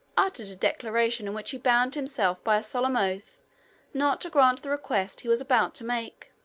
uttered a declaration in which he bound himself by a solemn oath not to grant the request he was about to make.